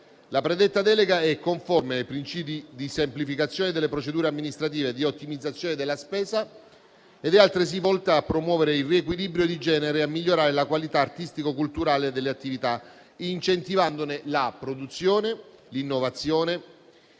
La predetta delega è conforme ai principi di semplificazione delle procedure amministrative, di ottimizzazione della spesa ed è altresì volta a promuovere il riequilibrio di genere e a migliorare la qualità artistico-culturale delle attività, incentivandone la produzione, l'innovazione,